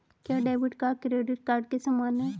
क्या debit card credit card के समान है?